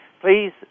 Please